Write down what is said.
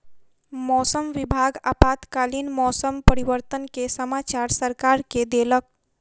मौसम विभाग आपातकालीन मौसम परिवर्तन के समाचार सरकार के देलक